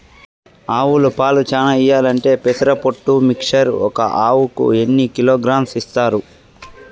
ఆవులు పాలు చానా ఇయ్యాలంటే పెసర పొట్టు మిక్చర్ ఒక ఆవుకు ఎన్ని కిలోగ్రామ్స్ ఇస్తారు?